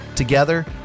together